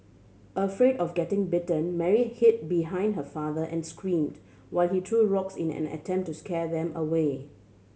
afraid of getting bitten Mary hid behind her father and screamed while he threw rocks in an attempt to scare them away